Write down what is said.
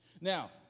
now